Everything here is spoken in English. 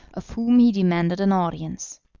of whom he demanded an audience.